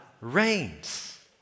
reigns